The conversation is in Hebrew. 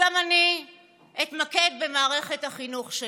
גם אני אתמקד במערכת החינוך שלנו,